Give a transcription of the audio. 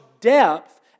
depth